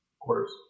quarters